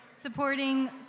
supporting